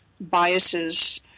biases